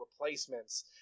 replacements